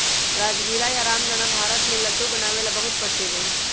राजगीरा या रामदाना भारत में लड्डू बनावे ला बहुत प्रसिद्ध हई